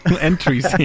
entries